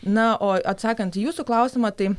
na o atsakant į jūsų klausimą tai